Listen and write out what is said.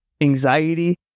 anxiety